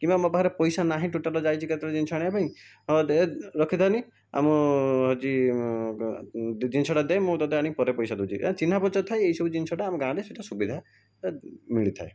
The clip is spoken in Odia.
କିମ୍ବା ମୋ ପାଖରେ ପଇସା ନାହିଁ ଟୋଟାଲ୍ ଯାଇଛି କେତେବେଳେ ଜିନିଷ ଆଣିବାପାଇଁ ହଁ ଦେ ରଖିଥାଆନି ଆମ ଆଜି ମୁଁ ଜିନିଷଟା ଦେ ମୁଁ ତୋତେ ଆଣିବା ପରେ ପଇସା ଦେଉଛି ଏହା ଚିହ୍ନା ପରିଚୟ ଥାଏ ଏସବୁ ଜିନିଷଟା ଆମ ଗାଁ'ରେ ସେଟା ସୁବିଧା ମିଳିଥାଏ